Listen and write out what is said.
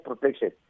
protection